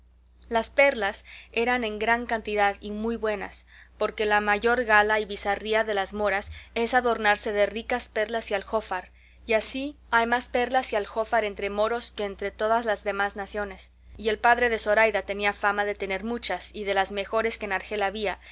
las perlas eran en gran cantidad y muy buenas porque la mayor gala y bizarría de las moras es adornarse de ricas perlas y aljófar y así hay más perlas y aljófar entre moros que entre todas las demás naciones y el padre de zoraida tenía fama de tener muchas y de las mejores que en